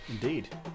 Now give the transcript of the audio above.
Indeed